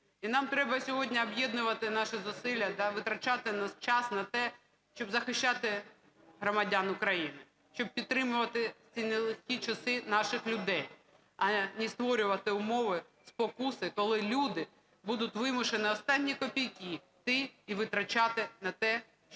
І нам треба сьогодні об'єднувати наші зусилля та витрачати час на те, щоб захищати громадян України, щоб підтримувати в ці нелегкі часи наших людей, а не створювати умови спокуси, коли люди будуть вимушені останні копійки йти і витрачати на те,